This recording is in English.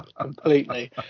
completely